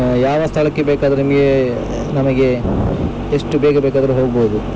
ಯಾವ ಸ್ಥಳಕ್ಕೆ ಬೇಕಾದ್ರೆ ನಿಮಗೆ ನಮಗೆ ಎಷ್ಟು ಬೇಗ ಬೇಕಾದರು ಹೋಗ್ಬೋದು